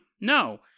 No